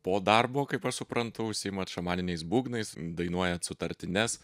po darbo kaip aš suprantu užsiimat šamaniniais būgnais dainuojat sutartines